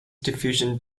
diffusion